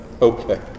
Okay